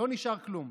לא נשאר כלום.